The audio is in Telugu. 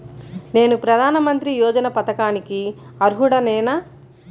నేను ప్రధాని మంత్రి యోజన పథకానికి అర్హుడ నేన?